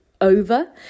over